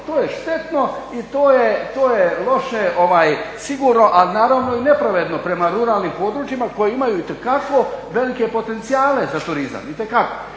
to je štetno i to je loše sigurno a naravno i nepravedno prema ruralnim područjima koja imaju itekako velike potencijale za turizam,